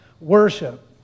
worship